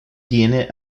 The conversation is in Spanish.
tiene